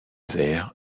vert